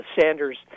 Sanders